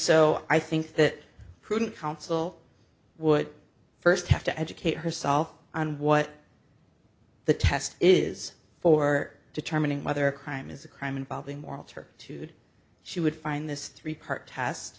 so i think that prudent counsel would first have to educate herself on what the test is for determining whether a crime is a crime involving moral turpitude she would find this three part